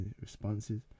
responses